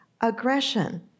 aggression